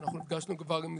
ביקשנו ממך,